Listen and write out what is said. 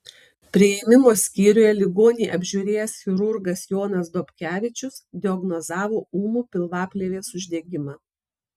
priėmimo skyriuje ligonį apžiūrėjęs chirurgas jonas dobkevičius diagnozavo ūmų pilvaplėvės uždegimą